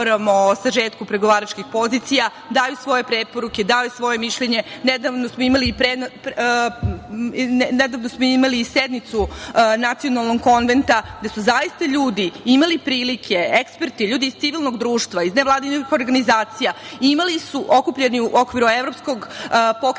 o sažetku pregovaračkih pozicija, daju svoje preporuke, daju svoje mišljenje. Nedavno smo imali i sednicu Nacionalnog konventa gde su zaista ljudi imali prilike, ljudi eksperti, ljudi iz civilnog društva, iz nevladinih organizacija, okupljeni u okviru evropskog pokreta